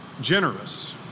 Generous